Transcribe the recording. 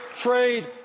trade